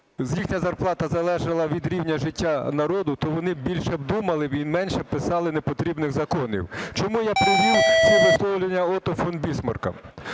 їхня зарплата залежала від рівня життя народу, то вони більше б думали і менше писали непотрібних законів. Чому я привів ці висловлювання Отто фон Бісмарка?